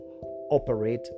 operate